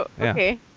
Okay